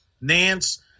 Nance